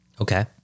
Okay